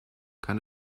kann